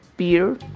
Beer